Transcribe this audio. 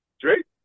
Drake